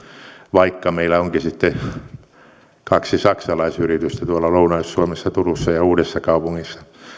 vaikka meillä onkin kaksi saksalaisyritystä lounais suomessa turussa ja uudessakaupungissa